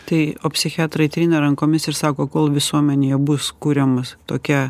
tai o psichiatrai trina rankomis ir sako kol visuomenėje bus kuriamas tokia